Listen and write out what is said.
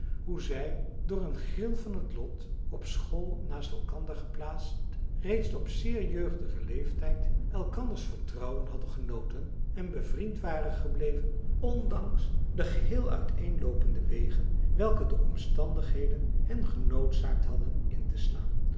hoe zij door een gril van het lot op school naast elkander geplaatst reeds op zeer jeugdigen leeftijd elkanders vertrouwen hadden genoten en bevriend waren gebleven ondanks de geheel uiteen loopende wegen welke de omstandigheden hen genoodzaakt hadden inteslaan